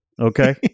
okay